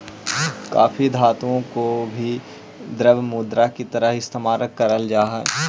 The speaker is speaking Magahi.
काफी धातुओं को भी द्रव्य मुद्रा की तरह इस्तेमाल करल जा हई